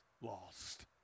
lost